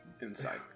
inside